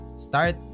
start